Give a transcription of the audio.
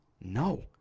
No